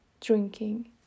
drinking